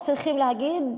צריכים להגיד,